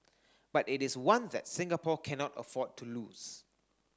but it is one that Singapore cannot afford to lose